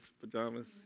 pajamas